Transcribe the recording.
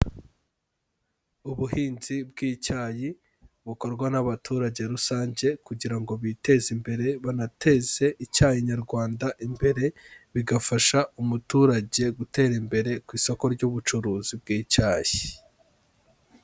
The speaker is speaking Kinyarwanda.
Ubuhinzi bw'icyayi bukorwa n'abaturage rusange kugira ngo biteze imbere banateze icyayi nyarwanda imbere, bigafasha umuturage gutera imbere ku isoko ry'ubucuruzi bw'icyayi.